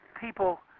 people